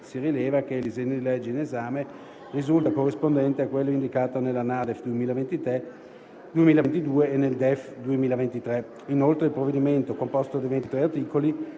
si rileva che il disegno di legge in esame risulta corrispondente a quello indicato nella NADEF 2022 e nel DEF 2023. Inoltre, il provvedimento, composto di ventitré